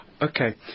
Okay